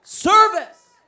service